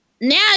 now